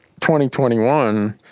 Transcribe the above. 2021